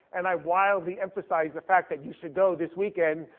and i wildly emphasize the fact that you should go this weekend.